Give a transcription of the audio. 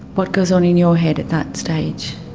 what goes on in your head at that stage?